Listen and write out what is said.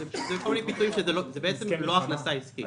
זה בעצם לא הכנסה עסקית.